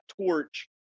torch